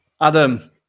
adam